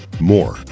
More